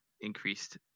increased